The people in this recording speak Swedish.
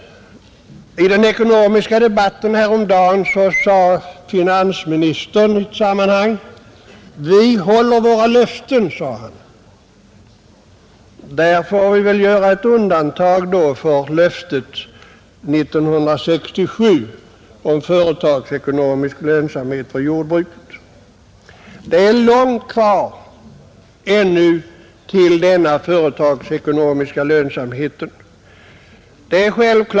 I den ekonomiska debatten häromdagen sade finansministern: ”Vi håller våra löften.” Där får vi väl då göra ett undantag för löftet 1967 om företagsekonomisk lönsamhet för jordbruket. Det är ännu långt kvar till denna företagsekonomiska lönsamhet.